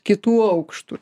kitų aukštų